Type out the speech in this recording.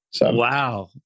Wow